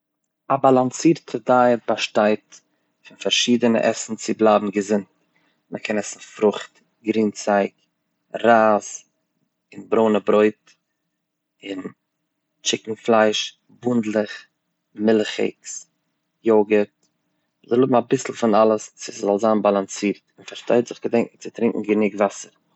א באלאנסירטע דייעט באשטייט פון פארשידענע עסן צו בלייבן געזונט, מ'קען עסן פרוכט, גרינצייג, רייז און ברוינע ברויט, און טשיקן פלייש, בונדלעך, מילכיגס, יאגורט, מ'זאל האבן אביסל פון אלעס ס'זאל זיין באלאנסירט, און פארשטייט זיך געדענקן צו טרונקן גענוג וואסער.